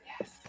Yes